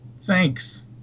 thanks